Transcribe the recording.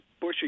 bushy